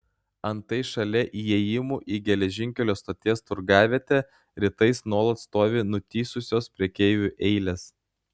antai šalia įėjimų į geležinkelio stoties turgavietę rytais nuolat stovi nutįsusios prekeivių eilės